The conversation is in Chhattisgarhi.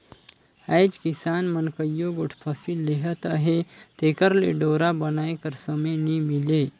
आएज किसान मन कइयो गोट फसिल लेहत अहे तेकर ले डोरा बनाए कर समे नी मिले